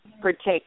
protect